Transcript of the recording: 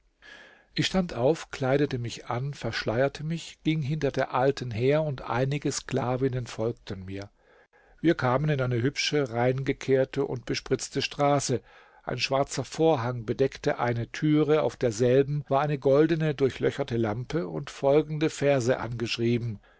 ich stand auf kleidete mich an verschleierte mich ging hinter der alten her und einige sklavinnen folgten mir wir kamen in eine hübsche reingekehrte und bespritzte straße ein schwarzer vorhang bedeckte eine türe auf derselben war eine goldene durchlöcherte lampe und folgende verse angeschrieben